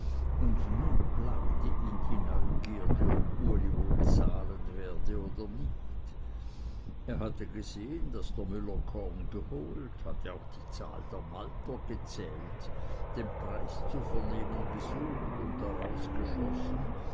und nun plagte ihn die neugierde ob uli wohl zahlen werde oder nicht er hatte gesehen daß der müller korn geholt hatte auch die zahl der malter gezählt den preis zu vernehmen gesucht und daraus geschlossen